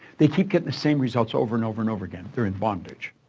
they keep getting the same results over, and over, and over again they're in bondage.